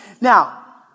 Now